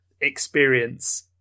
experience